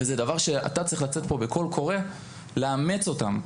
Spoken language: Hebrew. וזה דבר שאתה צריך לצאת פה בקול קורא לאמץ אותם.